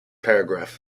paragraph